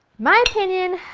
my opinion,